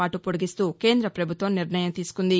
పాటు పొడిగిస్తూ కేంద్ర పభుత్వం నిర్ణయం తీసుకుంది